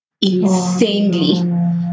Insanely